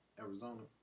Arizona